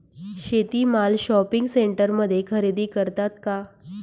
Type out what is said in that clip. शेती माल शॉपिंग सेंटरमध्ये खरेदी करतात का?